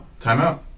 Timeout